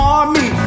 Army